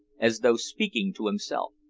as though speaking to himself.